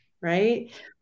Right